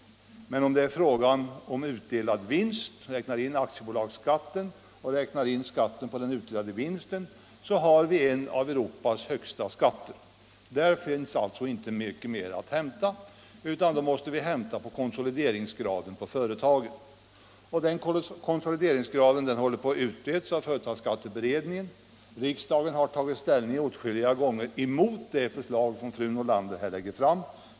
Men när det gäller utdelad vinst och man räknar samman aktiebolagsskatten och skatten på den utdelade vinsten, har vi en av Europas högsta skatter. Där finns alltså inte mycket mer att hämta, utan vi måste då se till konsolideringsgraden hos företagen. Den konsolideringsgraden utreds av företagsskatteutredningen. Riksdagen har åtskilliga gånger tagit ställning mot det förslag som fru Nordlander här lägger fram.